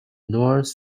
north